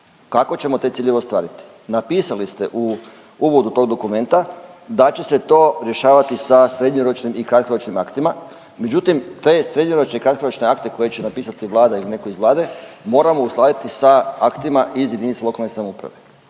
kako ćemo te ciljeve ostvariti? Napisali ste u uvodu tog dokumenta da će se to rješavati sa srednjeročnim i kratko ročnim aktima. Međutim, te srednjeročne i kratkoročne akte koje će napisati Vlada ili netko iz Vlade moramo uskladiti sa aktima iz jedinica lokalne samouprave.